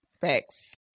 facts